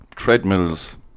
treadmills